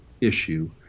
issue